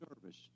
service